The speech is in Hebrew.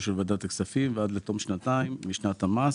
של ועדת הכספים ועד לתום שנתיים משנת המס.